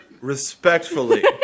respectfully